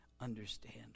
understand